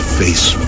face